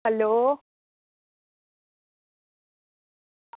hello